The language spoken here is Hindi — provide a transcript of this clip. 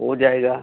हो जाएगा